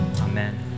Amen